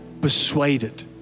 persuaded